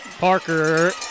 Parker